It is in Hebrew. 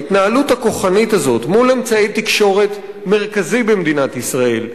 ההתנהלות הכוחנית הזאת מול אמצעי תקשורת מרכזי במדינת ישראל,